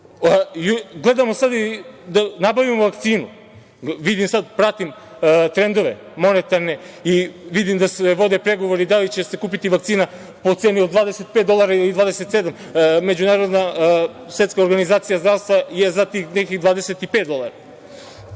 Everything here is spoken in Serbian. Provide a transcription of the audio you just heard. gledamo sada i da nabavimo vakcinu. Vidim sada, pratim trendove monetarne i vidim da se vode pregovori da li će se kupiti vakcina po ceni od 25 ili 27 dolara. Međunarodna svetska organizacija zdravstva je za to da